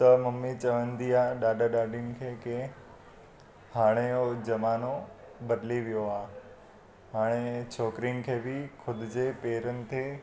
त ममी चवंदी आहे ॾाॾा ॾाॾीयुनि खे की हाणे उहो ज़मानो बदिली वियो आ्हे हाणे छोकिरियुनि खे बि ख़ुद जे पेरनि ते